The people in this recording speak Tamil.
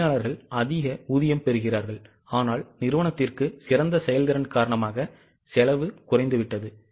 எனவே தொழிலாளர்கள் அதிக ஊதியம் பெறுகிறார்கள் ஆனால் நிறுவனத்திற்கு சிறந்த செயல்திறன் காரணமாக செலவு குறைந்துவிட்டது